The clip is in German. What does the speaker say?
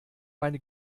meine